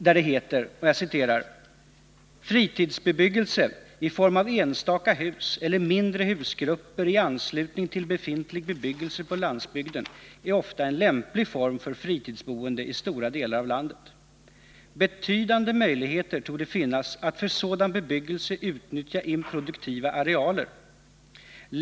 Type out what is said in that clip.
Där står bl.a. följande: ”Fritidsbebyggelse i form av enstaka hus eller mindre husgrupper i anslutning till befintlig bebyggelse på landsbygden är ofta en lämplig form för fritidsboende i stora delar av landet. Betydande möjligheter torde finnas att för sådan bebyggelse utnyttja improduktiva arealer.